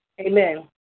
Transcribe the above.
Amen